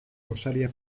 gosaria